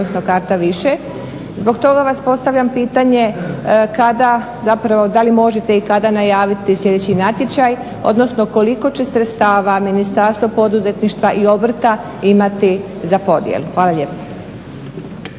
odnosno karta više. Zbog toga vam postavljam pitanje kada da li možete i kada najaviti sljedeći natječaj odnosno koliko će sredstava Ministarstvo poduzetništva i obrta imati za podjelu? Hvala lijepo.